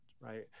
Right